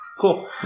cool